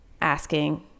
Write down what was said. Asking